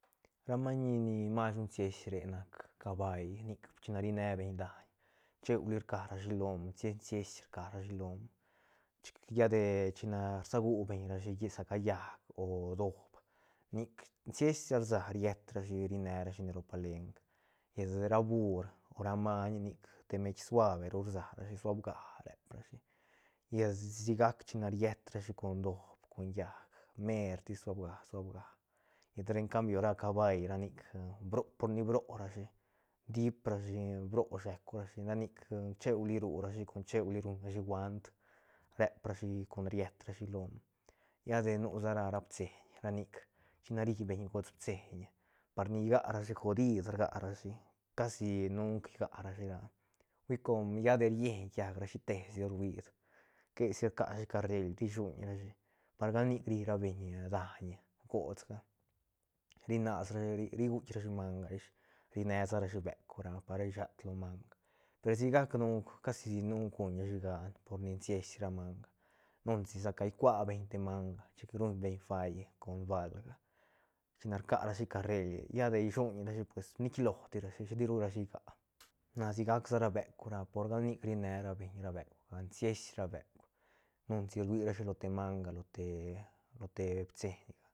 Ra maiñ ni mas ru siesre nac cabai nic chine ri ne beñ daiñ cheuli rca ra shi lom sies rca ra shi lom chic lla de chine rsagu beñrashi sa ca llaäc o doob nic sies sa riet rashi ri ne rashine ro palenk llet ra bur o ra maiñ nic te meid suaveru rsa rashi suav ga rep rashi llet sigac china riet rashi con doob con llaäc mertis suabga suabga llet encambio ra cabai ra nic bro por ni bro rashi diip rashi bro sheuc rashi ra nic cheuli ru rashi con cheuli ruñrashi guant rep rashi con riet rashi lom lla de nu sa ra ra pitseñ ra nic chine ri beñ gots pitseñ par ni gac rashi godid rgac rashi cashi nuc gac rashi ra hui com lla de rieñ quiaj rashi te si ruid que si rca rashi carreil ri shuñrashi par gal nic ri ra beñ daiñ gots ga rinas rashi ri guitk rashi manga ish rine sa ra shi beuk ra par shiat lo manga per sigac nunk casi nunk guñrashi gan por ni sies ra manga nunsi saca kiubeñ te manga chic ruñbeñ fai con balga china rca rashi carreil lla de shuuñ rashi pues minit lo tirashi tiru rashi gia na sic sa ra beuk ra por gal nic ri ne ra beñ ra beukga sies ra beuk nunci ruirashi lo te manga te lo te pitseñga